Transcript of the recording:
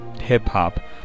hip-hop